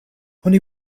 oni